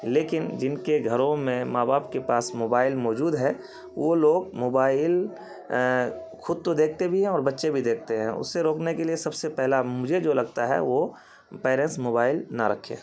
لیکن جن کے گھروں میں ماں باپ کے پاس موبائل موجود ہے وہ لوگ موبائل خود تو دیکھتے بھی ہیں اور بچے بھی دیکھتے ہیں اس سے روکنے کے لیے سب سے پہلا مجھے جو لگتا ہے وہ پیرنٹس موبائل نہ رکھے